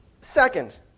Second